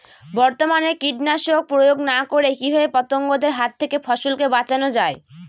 বর্তমানে কীটনাশক প্রয়োগ না করে কিভাবে পতঙ্গদের হাত থেকে ফসলকে বাঁচানো যায়?